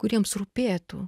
kuriems rūpėtų